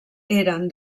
eren